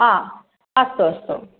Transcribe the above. हा अस्तु अस्तु